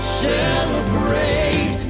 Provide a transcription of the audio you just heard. celebrate